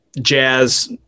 jazz